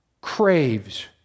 craves